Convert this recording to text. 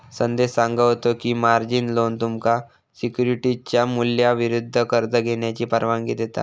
संदेश सांगा होतो की, मार्जिन लोन तुमका सिक्युरिटीजच्या मूल्याविरुद्ध कर्ज घेण्याची परवानगी देता